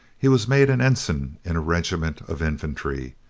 he was made an ensign in a regiment of infantry,